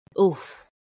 Oof